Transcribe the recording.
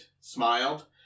smiled